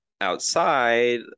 outside